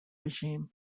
regime